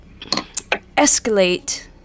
escalate